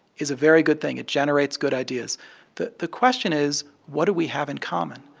is a very good thing. it generates good ideas the the question is what do we have in common?